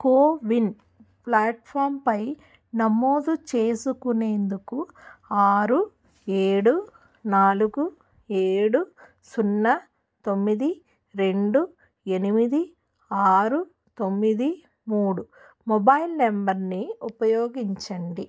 CoWIN ప్లాట్ఫాంపై నమోదు చేసుకునేందుకు ఆరు ఏడు నాలుగు ఏడు సున్నా తొమ్మిది రెండు ఎనిమిది ఆరు తొమ్మిది మూడు మొబైల్ నంబర్ని ఉపయోగించండి